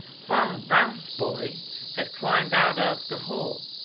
farmer brown's boy had climbed out of the hole.